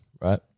right